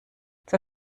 zur